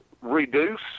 reduce